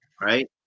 right